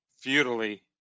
futilely